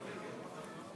זהו?